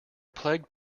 plagued